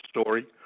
story